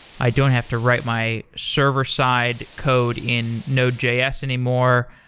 i don't have to write my server side code in noje js anymore.